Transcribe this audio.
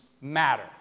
matter